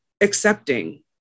accepting